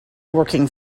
working